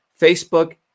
Facebook